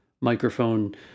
microphone